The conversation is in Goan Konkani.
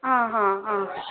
आं हा आं